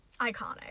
iconic